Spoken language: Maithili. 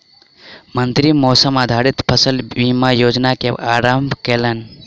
मंत्री मौसम आधारित फसल बीमा योजना के आरम्भ केलैन